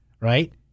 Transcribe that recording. right